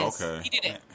Okay